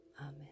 Amen